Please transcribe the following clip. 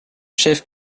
chef